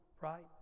right